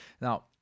Now